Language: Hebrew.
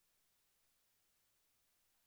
גם